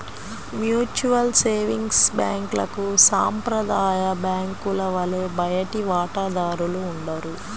mutual savings బ్యాంక్లకు సాంప్రదాయ బ్యాంకుల వలె బయటి వాటాదారులు ఉండరు